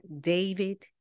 David